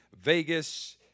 Vegas